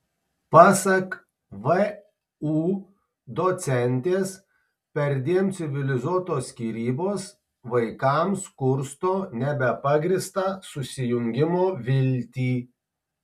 pasak vu docentės perdėm civilizuotos skyrybos vaikams kursto nebepagrįstą susijungimo viltį